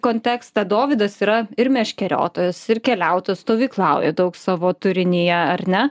kontekstą dovydas yra ir meškeriotojas ir keliautojas stovyklauja daug savo turinyje ar ne